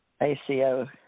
ACO